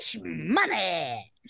Money